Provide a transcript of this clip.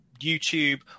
YouTube